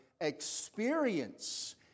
experience